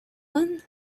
one